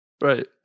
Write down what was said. Right